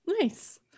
nice